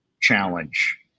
challenge